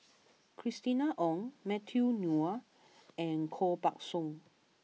Christina Ong Matthew Ngui and Koh Buck Song